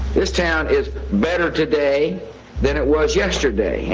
this town is better today than it was yesterday,